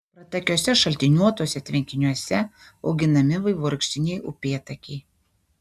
pratakiuose šaltiniuotuose tvenkiniuose auginami vaivorykštiniai upėtakiai